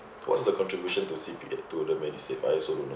what's the contribution to C_P_F to the MediSave I also don’t know